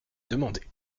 demander